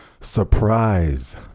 surprise